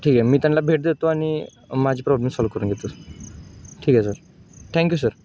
ठीक आहे मी त्यांना भेट देतो आणि माझी प्रॉब्लेम सॉल्व्ह करून घेतो सर ठीक आहे सर थँक्यू सर